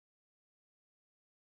no dream meh Joey